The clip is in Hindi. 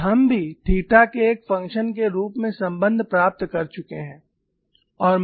और हम भी थीटा के एक फंक्शन के रूप में संबंध प्राप्त कर चुके हैं